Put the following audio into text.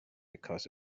because